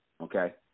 Okay